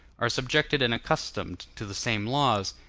are subjected and accustomed to the same laws,